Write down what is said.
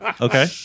Okay